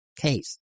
case